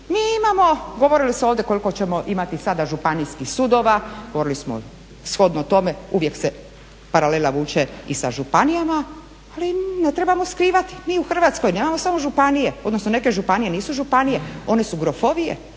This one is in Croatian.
mi imamo, govorilo se ovdje koliko ćemo imati sada županijskih sudova, govorili smo shodno tome uvijek se paralela vuče i sa županijama ali ne trebamo skrivati, mi u Hrvatskoj nemamo samo županije odnosno neke županije nisu županije one su grofovije.